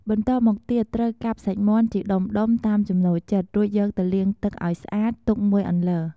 បន្ទាប់មកទៀតត្រូវកាប់សាច់មាន់ជាដុំៗតាមចំណូលចិត្ត រួចយកទៅលាងទឹកឱ្យស្អាតទុកមួយអន្លើ។